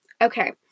Okay